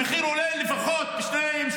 המחיר עולה לפחות ב-2%,